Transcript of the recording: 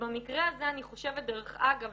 ובמקרה הזה אני חושבת דרך אגב,